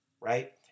right